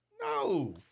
No